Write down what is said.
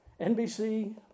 NBC